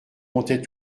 montait